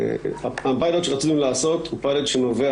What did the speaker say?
הפיילוט שרצינו לעשות הוא פיילוט שנובע